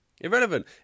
irrelevant